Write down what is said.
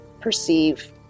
perceive